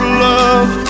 love